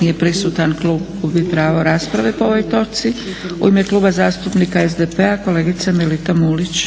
Nije prisutan. Klub gubi pravo rasprave po ovoj točci. U ime Kluba zastupnika SDP-a kolegica Melita Mulić.